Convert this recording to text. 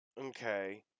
Okay